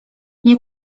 nie